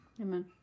Amen